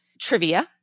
trivia